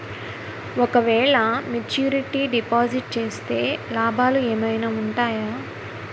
ఓ క వేల maturity deposit చేస్తే లాభాలు ఏమైనా ఉంటాయా?